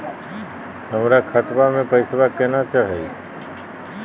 हमर खतवा मे पैसवा केना चढाई?